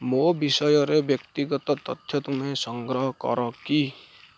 ମୋ ବିଷୟରେ ବ୍ୟକ୍ତିଗତ ତଥ୍ୟ ତୁମେ ସଂଗ୍ରହ କର କି